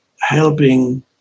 helping